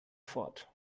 fort